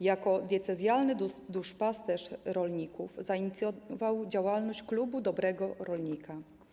Jako diecezjalny duszpasterz rolników zainicjował działalność Klubu Dobrego Rolnika.